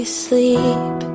sleep